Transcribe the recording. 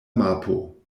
mapo